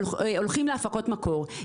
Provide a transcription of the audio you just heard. הולכים להפקות מקור.